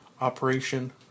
Operation